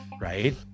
right